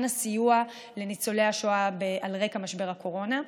סיוע לניצולי השואה על רקע משבר הקורונה.